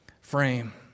frame